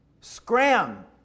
Scram